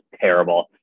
terrible